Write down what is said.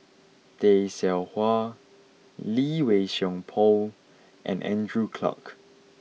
Tay Seow Huah Lee Wei Song Paul and Andrew Clarke